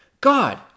God